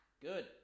Good